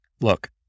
Look